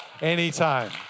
Anytime